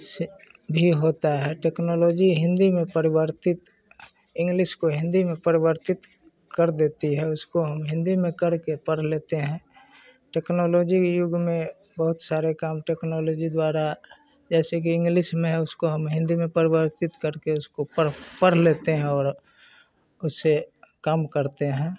से भी होती है टेक्नोलॉजी हिंदी में परिवर्तित इंग्लिश को हिंदी में परिवर्तित कर देती है उसको हम हिंदी में कर के पढ़ लेते हैं टेक्नोलॉजी युग में बहुत सारे काम टेक्नोलॉजी द्वारा जैसे कि इंग्लिश में उसको हम हिंदी में परिवर्तित कर के उसको पड़ पढ़ लेते हैं और उससे काम करते हैं